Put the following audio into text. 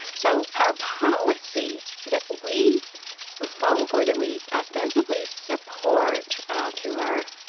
so our policy that we vote for, that we ostensibly support through our